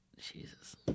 Jesus